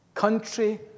country